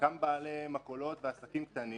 חלקם בעלי מכולות ועסקים קטנים,